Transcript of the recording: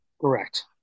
Correct